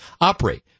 operate